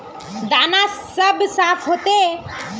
दाना सब साफ होते?